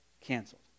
canceled